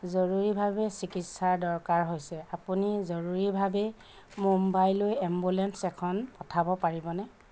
জৰুৰীভাৱে চিকিৎসাৰ দৰকাৰ হৈছে আপুনি জৰুৰীভাৱে মুম্বাইলৈ এম্বুলেন্স এখন পঠিয়াব পাৰিবনে